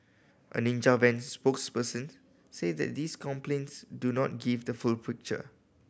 a Ninja Van spokesperson say that these complaints do not give the full picture